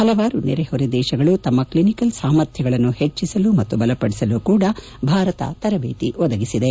ಹಲವಾರು ನೆರೆ ಹೊರೆ ದೇಶಗಳು ತಮ್ಮ ಕ್ಲಿನಿಕಲ್ ಸಾಮರ್ಥ್ಯಗಳನ್ನು ಹೆಚ್ಚಸಲು ಮತ್ತು ಬಲಪಡಿಸಲು ಕೂಡ ಭಾರತ ತರಬೇತಿ ಒದಗಿಸಿದೆ